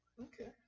Okay